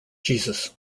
jesus